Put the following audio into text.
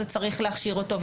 צריך להכשיר אותו,